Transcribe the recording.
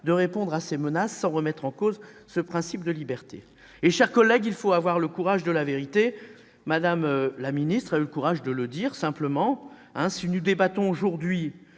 de répondre à ces menaces sans remettre en cause ce principe de liberté. Mes chers collègues, il faut avoir le courage de la vérité, et Mme la ministre a eu le courage de dire tout à l'heure que nous débattions aujourd'hui